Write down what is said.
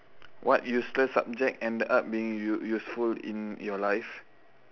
what useless subject ended up being use~ useful in your life